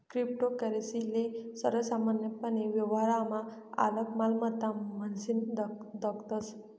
cryptocurrency ले सर्वसामान्यपने व्यवहारमा आलक मालमत्ता म्हनीसन दखतस